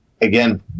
again